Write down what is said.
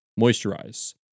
Moisturize